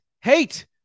Hate